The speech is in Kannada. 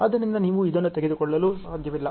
ಆದ್ದರಿಂದ ನೀವು ಇದನ್ನು ತೆಗೆದುಕೊಳ್ಳಲು ಸಾಧ್ಯವಿಲ್ಲ